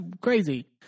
crazy